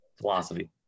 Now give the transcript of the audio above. philosophy